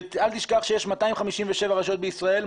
אל תשכח שיש 257 רשויות בישראל,